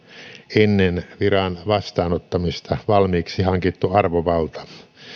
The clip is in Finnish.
ennen viran vastaanottamista valmiiksi hankittu arvovalta